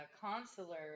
consular